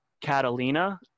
Catalina